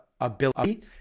ability